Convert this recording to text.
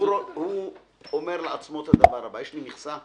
הוא אומר לעצמו את הדבר הבא: יש לי מכסה,